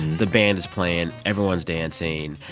the band is playing. everyone's dancing.